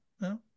No